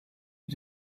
mit